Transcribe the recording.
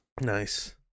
Nice